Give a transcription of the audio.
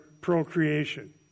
procreation